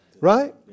Right